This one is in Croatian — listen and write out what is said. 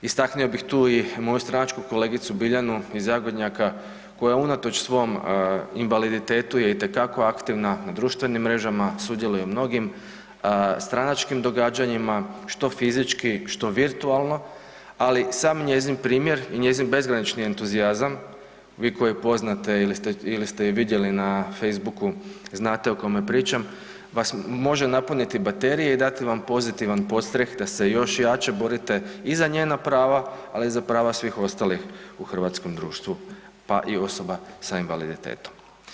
Istaknuo bih tu i moju stranačku kolegicu Biljanu iz Zagodnjaka koja unatoč svom invaliditetu je itekako aktivna na društvenim mrežama, sudjeluje u mnogim stranačkim događanjima što fizički, što virtualno, ali sam njezin primjer i njezin bezgraničan entuzijazam, vi koji je poznate ili ste je vidjeli na Facebooku znate o kome pričam može napuniti baterije i dati vam pozitivan podstrek da se još jače borite i za njena prava, ali i za prava svih ostalih u hrvatskom društvu, pa i osoba s invaliditetom.